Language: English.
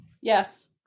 yes